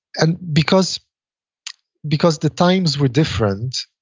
and because because the times were different,